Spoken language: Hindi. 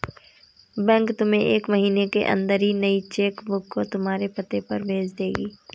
बैंक तुम्हें एक महीने के अंदर ही नई चेक बुक तुम्हारे पते पर भेज देगी